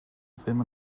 ddim